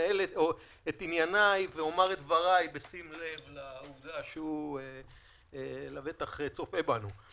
אנהל את ענייניי ואומר את דבריי בשים לב לעובדה שהוא לבטח צופה בנו.